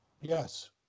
Yes